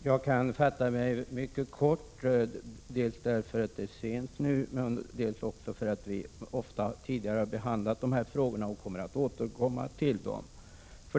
Herr talman! Jag kan fatta mig mycket kort, dels därför att det är sent, dels också därför att vi ofta tidigare har behandlat de här frågorna och kommer att återkomma till dem.